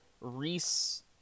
Reese